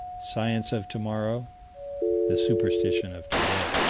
science of tomorrow the superstition of today.